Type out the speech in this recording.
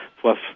plus